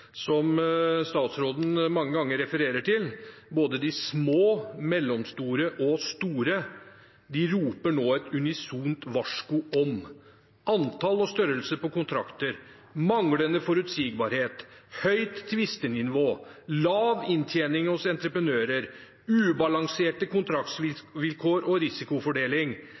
som statsråden mange ganger refererer til, både de små, mellomstore og store, roper nå et unisont varsku om antall og størrelse på kontrakter, manglende forutsigbarhet, høyt tvistenivå, lav inntjening for entreprenører, ubalanserte kontraktsvilkår og risikofordeling.